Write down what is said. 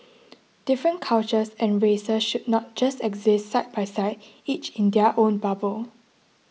different cultures and races should not just exist side by side each in their own bubble